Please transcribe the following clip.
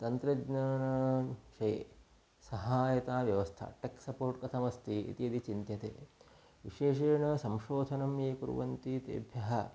तन्त्रज्ञानविषये सहायता व्यवस्था टेक्स् सपोर्ट् कथमस्ति इति यदि चिन्त्यते विशेषेण संशोधनं ये कुर्वन्ति तेभ्यः